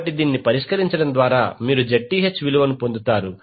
కాబట్టి దీనిని పరిష్కరించడం ద్వారా మీరు Zth విలువను పొందుతారు